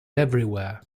everywhere